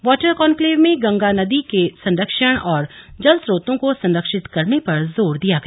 water conclave में गंगा नदी के संरक्षण और जल स्त्रोतों को संरक्षित करने पर जोर दिया गया